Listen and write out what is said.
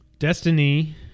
Destiny